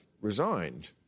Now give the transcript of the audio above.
resigned